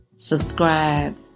Subscribe